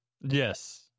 Yes